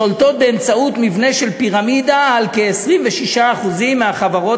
שולטות באמצעות מבנה של פירמידה על כ-26% מהחברות